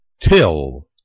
Till